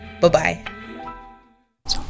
bye-bye